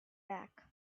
back